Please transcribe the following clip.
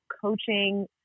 coaching